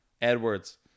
Edwards